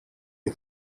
you